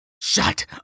Shut